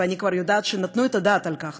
ואני כבר יודעת שנתנו את הדעת על כך,